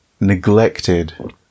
neglected